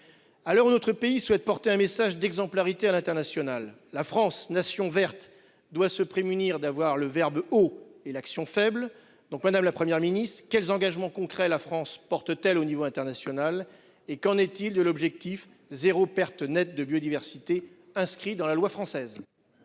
l'heure notre pays souhaite porter un message d'exemplarité à l'international, la France nation verte doit se prémunir d'avoir le verbe haut et l'action faible donc madame, la Première ministre quels engagements concrets. La France porte-t-elle au niveau international et qu'en est-il de l'objectif 0 perte nette de biodiversité inscrit dans la loi française.--